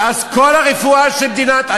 ואז כל הרפואה של מדינת ישראל,